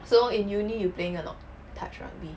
so in uni you playing or not touch rugby